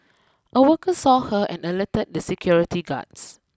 a worker saw her and alerted the security guards